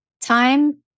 time